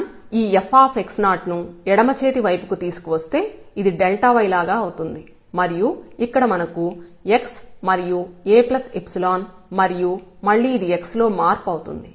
మనం ఈ fను ఎడమ చేతి వైపు కు తీసుకు వస్తే ఇది y లాగా అవుతుంది మరియు ఇక్కడ మనకు xమరియు Aϵమరియు మళ్లీ x లో మార్పు ఉంటుంది